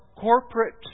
corporate